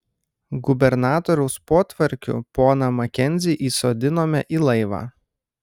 gubernatoriaus potvarkiu poną makenzį įsodinome į laivą